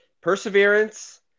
perseverance